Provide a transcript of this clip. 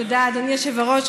תודה, אדוני היושב-ראש.